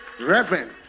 Reverend